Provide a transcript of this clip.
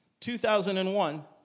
2001